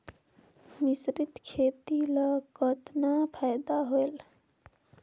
मिश्रीत खेती ल कतना फायदा होयल?